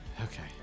Okay